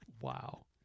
Wow